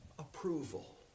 Approval